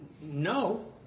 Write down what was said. No